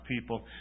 people